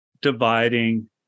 Dividing